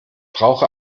brauche